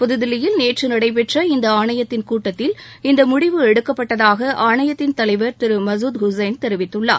புதுதில்லியில் நேற்று நடைபெற்ற இந்த ஆணையத்திள் கூட்டத்தில் இந்த முடிவு எடுக்கப்பட்டதாக ஆணையத்தின் தலைவர் திரு மசூத் ஹூசைன் தெரிவித்துள்ளார்